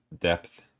depth